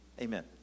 amen